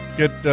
get